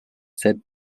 said